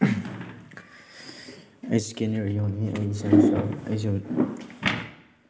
ꯑꯩ ꯏꯁꯀꯤꯅꯤꯌꯣꯔꯅꯤ ꯑꯩ ꯏꯁꯥ ꯑꯩꯁꯨ